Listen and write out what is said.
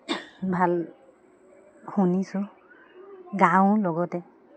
ভাল শুনিছোঁ গাওঁ লগতে